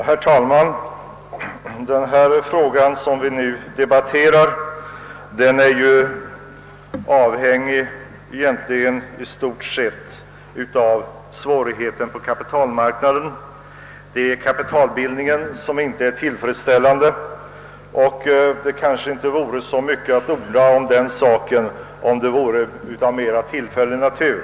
Herr talman! Den fråga som vi nu debatterar är avhängig av svårigheterna på kapitalmarknaden. Kapitalbildningen är inte tillfredsställande, och det kanske inte vore så mycket att orda därom, ifall detta förhållande vore av mera tillfällig natur.